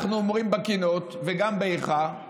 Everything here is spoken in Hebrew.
אנחנו אומרים בקינות וגם באיכה,